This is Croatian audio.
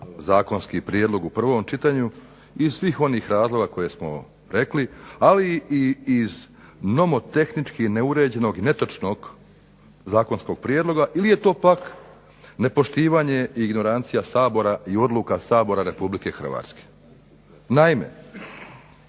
zakonski prijedlog u prvom čitanju iz svih onih razloga koje smo rekli, ali i iz nomotehnički neuređenog i netočnog zakonskog prijedloga ili je to pak nepoštivanje i ignorancija SAbora i odluka Sabora RH. Naime,